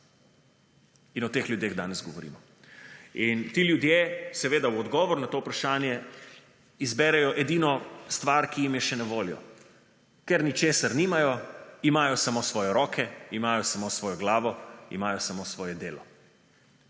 In o teh ljudeh danes govorimo. In ti ljudje v odgovor na to vprašanje izberejo edino stvar, ki jim je še na voljo – ker ničesar nimajo, imajo samo svoje roke, imajo samo svojo glavo, imajo samo svoje delo.